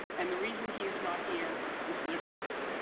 and the reason he is not here is the defendant.